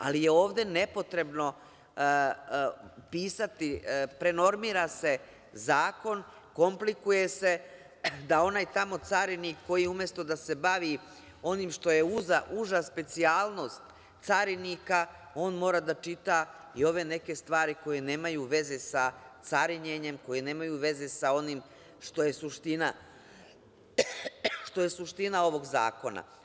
Ali, ovde je nepotrebno pisati, prenormira se zakon, komplikuje se, da onaj tamo carinik koji, umesto da se bavi onim što je uža specijalnost carinika, on mora da čita i ove neke stvari koje nemaju veze sa carinjenjem, koje nemaju veze sa onim što je suština ovog zakona.